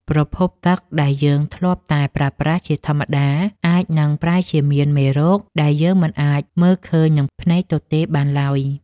ប្រភពទឹកដែលយើងធ្លាប់តែប្រើប្រាស់ជាធម្មតាអាចនឹងប្រែជាមានមេរោគដែលយើងមិនអាចមើលឃើញនឹងភ្នែកទទេបានឡើយ។